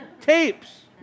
tapes